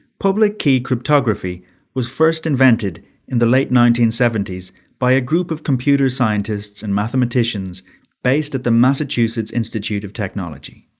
public key cryptography was first invented in the late nineteen seventy s by a group of computer scientists and mathematicians based at the massuchussets institute of technology.